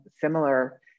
similar